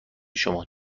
شما